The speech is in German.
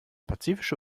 pazifische